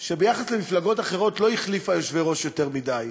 שביחס למפלגות אחרות לא החליפה יושבי-ראש יותר מדי,